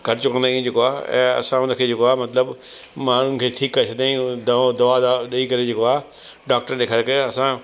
ख़र्चो कंदा आहियूं जेको आहे ऐं असां उन खे जेको आहे मतिलबु माण्हुनि खे ठीकु करे छॾियो दवा दवा ॾई करे जेको आहे डॉक्टर ॾेखारे करे असां